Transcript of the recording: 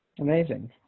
Amazing